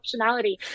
optionality